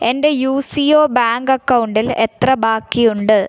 എൻ്റെ U C O bank അക്കൗണ്ടിൽ എത്ര ബാക്കിയുണ്ട്